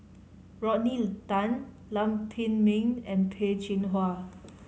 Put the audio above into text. Rodney Tan Lam Pin Min and Peh Chin Hua